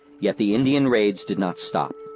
yet the indian raids did not stop.